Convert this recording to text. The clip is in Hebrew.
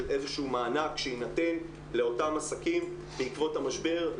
איזשהו מענק שיינתן לאותם עסקים בעקבות המשבר,